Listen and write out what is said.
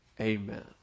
Amen